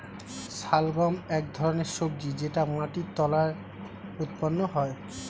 শালগম এক ধরনের সবজি যেটা মাটির তলায় উৎপন্ন হয়